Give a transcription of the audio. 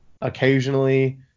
Occasionally